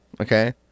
Okay